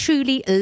truly